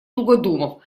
тугодумов